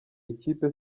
ikipe